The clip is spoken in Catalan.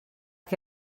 que